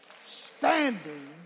standing